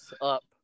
up